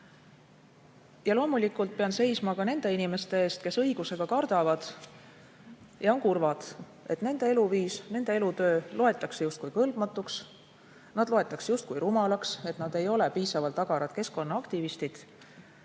Ja loomulikult pean seisma ka nende inimeste eest, kes õigusega kardavad, et nende eluviis, nende elutöö loetakse justkui kõlbmatuks, nad loetakse justkui rumalaks, sest nad ei ole piisavalt agarad keskkonnaaktivistid.